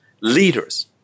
leaders